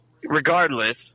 regardless